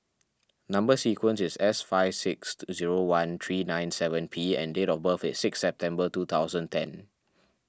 Number Sequence is S five six zero one three nine seven P and date of birth is six September two thousand ten